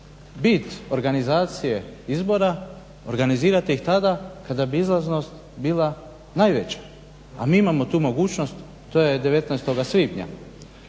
bit organizacije izbora, organizirati ih tada kada bi izlaznost bila najveća. A mi imamo tu mogućnost to je 19.svibnja.